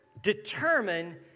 determine